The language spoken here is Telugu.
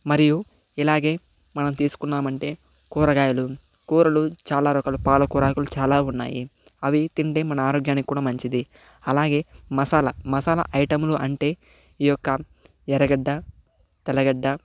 మరియు ఇలాగే మనం తీసుకున్నామంటే కూరగాయలు కూరలు చాలా రకాల పాలకూరాకులు చాలా ఉన్నాయి అవి తింటే మన ఆరోగ్యానికి కూడా మంచిది అలాగే మసాలా మసాలా ఐటెంలు అంటే ఈ యొక్క ఎర్రగడ్డ తెల్లగడ్డ